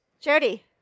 Jody